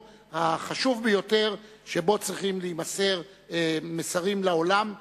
החשוב ביותר שבו צריכים להימסר מסרים לעולם,